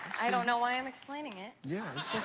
i don't know why i'm explaining it. yeah,